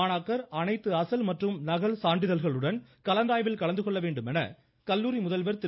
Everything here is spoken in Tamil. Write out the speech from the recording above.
மாணாக்கர் அனைத்து அசல் மற்றும் நகல் சான்றிதழ்களுடன் கலந்தாய்வில் கலந்துகொள்ள வேண்டுமென கல்லூரி முதல்வர் திரு